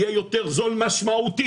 יהיה יותר זול משמעותית.